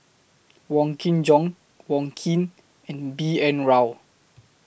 Wong Kin Jong Wong Keen and B N Rao